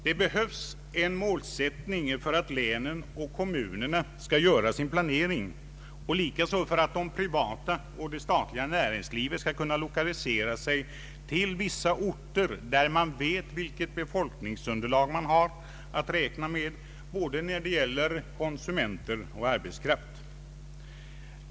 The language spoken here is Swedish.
Det behövs en målsättning för att länen och kommunerna skall kunna göra sin planering och likaså för att det privata och det statliga näringslivet skall kunna lokalisera sig till vissa orter, där man vet vilket befolkningsunderlag man har att räkna med när det gäller både konsumenter och arbetskraft.